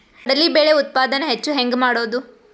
ಕಡಲಿ ಬೇಳೆ ಉತ್ಪಾದನ ಹೆಚ್ಚು ಹೆಂಗ ಮಾಡೊದು?